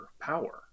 power